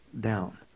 down